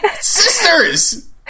sisters